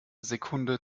sekunde